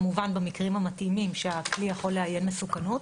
כמובן במקרים המתאימים שהכלי יכול לאיין מסוכנות.